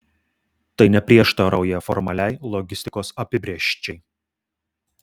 tai neprieštarauja formaliai logistikos apibrėžčiai